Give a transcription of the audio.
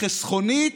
חסכונית,